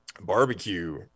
barbecue